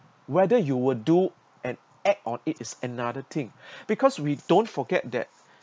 whether you will do and act on it is another thing because we don't forget that